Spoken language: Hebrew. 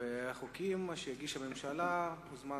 בחוקים שהגישה הממשלה מוזמן